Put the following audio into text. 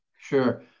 sure